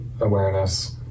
awareness